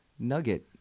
nugget